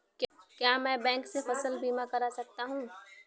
क्या मैं बैंक से फसल बीमा करा सकता हूँ?